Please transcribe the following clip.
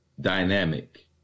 dynamic